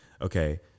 okay